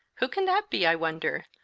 who can that be, i wonder?